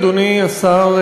אדוני השר,